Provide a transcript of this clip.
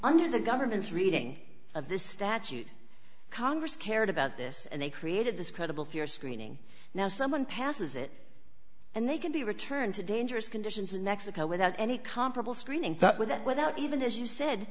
under the government's reading of this statute congress cared about this and they created this credible fear screening now someone passes it and they can be returned to dangerous conditions in mexico without any comparable screening that would that without even as you